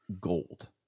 Gold